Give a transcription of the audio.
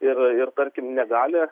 ir ir tarkim negali